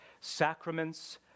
Sacraments